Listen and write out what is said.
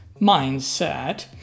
Mindset